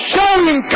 Showing